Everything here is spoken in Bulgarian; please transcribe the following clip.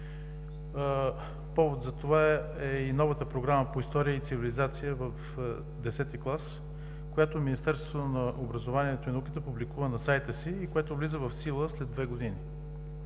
Повод за това е и новата програма по „История и цивилизация“ в 10 клас, която Министерството на образованието и науката публикува на сайта си и която влиза в сила след две години.